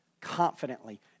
confidently